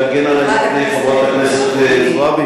את יכולה להגן עלי מפני חברת הכנסת זועבי?